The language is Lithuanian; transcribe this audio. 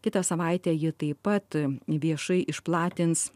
kitą savaitę ji taip pat viešai išplatins